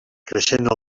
creixent